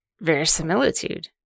verisimilitude